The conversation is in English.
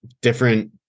different